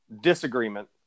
disagreement